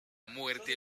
muerte